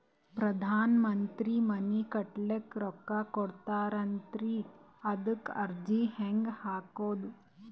ಪ್ರಧಾನ ಮಂತ್ರಿ ಮನಿ ಕಟ್ಲಿಕ ರೊಕ್ಕ ಕೊಟತಾರಂತಲ್ರಿ, ಅದಕ ಅರ್ಜಿ ಹೆಂಗ ಹಾಕದು?